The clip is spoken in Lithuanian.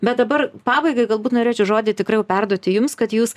bet dabar pabaigai galbūt norėčiau žodį tikrai jau perduoti jums kad jūs